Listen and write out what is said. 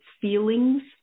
feelings